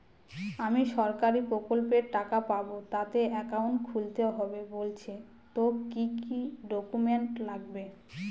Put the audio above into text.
আমি সরকারি প্রকল্পের টাকা পাবো তাতে একাউন্ট খুলতে হবে বলছে তো কি কী ডকুমেন্ট লাগবে?